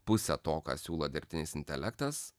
pusė to ką siūlo dirbtinis intelektas